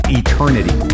eternity